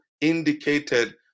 indicated